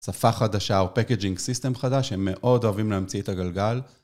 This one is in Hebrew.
שפה חדשה או פקקג'ינג סיסטם חדש, הם מאוד אוהבים להמציא את הגלגל.